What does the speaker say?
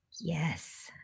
Yes